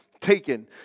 taken